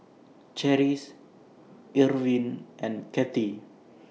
Cherish Irvin and Cathy